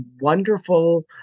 wonderful